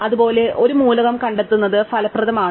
അതുപോലെ ഒരു മൂലകം കണ്ടെത്തുന്നത് ഫലപ്രദമാണ്